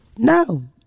No